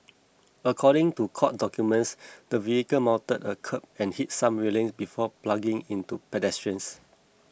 according to court documents the vehicle mounted a kerb and hit some railings before ploughing into pedestrians